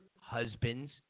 husband's